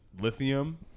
lithium